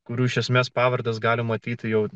kurių iš esmės pavardes gali matyti jau